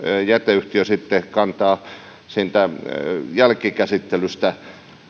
jäteyhtiö sitten kantaa siitä jälkikäsittelystä